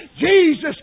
Jesus